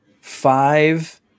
five